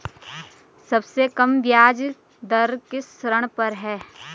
सबसे कम ब्याज दर किस ऋण पर है?